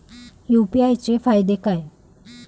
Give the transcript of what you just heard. UPI चे फायदे काय?